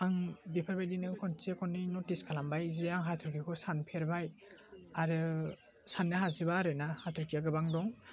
आं बेफोरबायदिनो खनसे खननै नटिस खालामबाय जे आं हाथरखिखौ सानफेरबाय आरो सान्नो हाजोबा आरो ना हाथरखिया गोबां दं